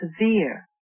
severe